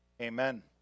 amen